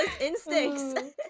instincts